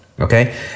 Okay